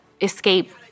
escape